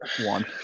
one